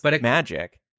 magic